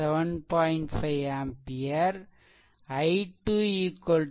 5 ampere I2 2